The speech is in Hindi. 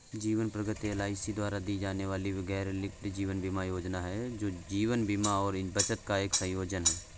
जीवन प्रगति एल.आई.सी द्वारा दी जाने वाली गैरलिंक्ड जीवन बीमा योजना है, जो जीवन बीमा और बचत का एक संयोजन है